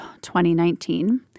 2019